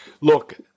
Look